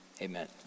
Amen